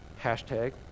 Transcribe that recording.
Hashtag